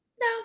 No